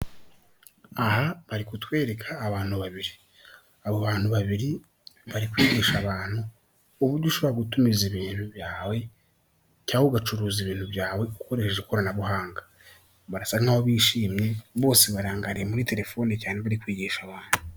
Aha arikutwereka abantu babiri abo bantu babiri bari kwigisha abantu uburyo ushobora gutumiza ibintu byawe cyangwa ugacuruza ibintu byawe ukoresheje ikoranabuhanga, barasa nkaho bishimye bose barangariye muri telefone cyane bari kwigisha abantu.